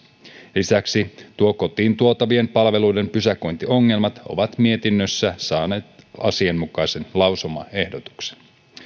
lisäksi kotiin tuotavien palveluiden pysäköintiongelmat ovat mietinnössä saaneet asianmukaisen lausumaehdotuksen